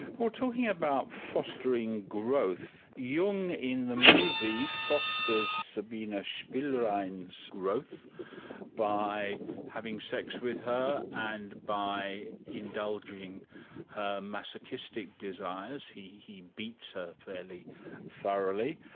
talking about fostering growth, jung in the movie fosters sabina spielrein's growth by having sex with her and by indulging her masochistic desires. he he beats her fairly thoroughly.